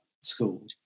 school